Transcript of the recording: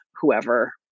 whoever